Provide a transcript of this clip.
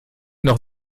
noch